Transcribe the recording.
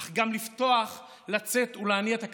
אך גם לפתוח, לצאת ולהניע את הכלכלה,